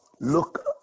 Look